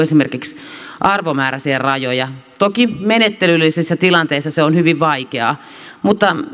esimerkiksi joitakin arvomääräisiä rajoja toki menettelyllisissä tilanteissa se on hyvin vaikeaa mutta